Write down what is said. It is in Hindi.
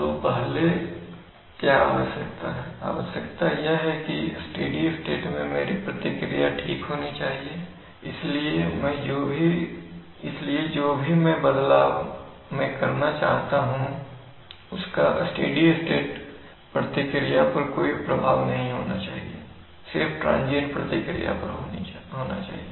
तो पहले क्या आवश्यकता है आवश्यकता यह है कि स्टेडी स्टेट में मेरी प्रतिक्रिया ठीक होनी चाहिए इसलिए जो भी मैं बदलाव मैं करना चाहता हूं उसका स्टेडी स्टेट प्रतिक्रिया पर कोई प्रभाव नहीं होना चाहिए सिर्फ ट्रांजियंट प्रतिक्रिया पर होना चाहिए